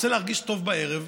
רוצה להרגיש טוב בערב,